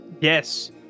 Yes